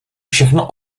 všechno